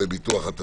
נגד